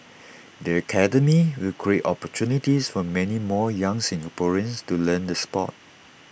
the academy will create opportunities for many more young Singaporeans to learn the Sport